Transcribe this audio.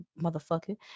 motherfucker